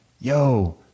yo